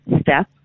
step